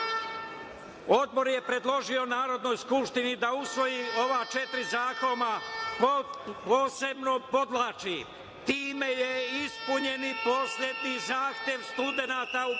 je predložio Narodnoj skupštini da usvoji ova četiri zakona, posebno podvlačim, i time je ispunjen i poslednji zahtev studenata u